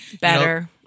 better